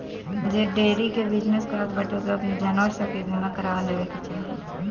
जे डेयरी के बिजनेस करत बाटे ओके अपनी जानवर सब के बीमा करवा लेवे के चाही